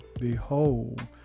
Behold